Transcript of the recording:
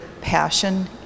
passion